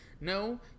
No